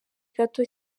gato